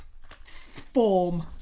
form